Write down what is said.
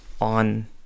on